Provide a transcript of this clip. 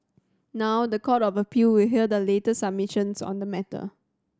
now the Court of Appeal will hear the latest submissions on the matter